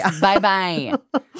Bye-bye